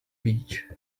beach